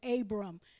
Abram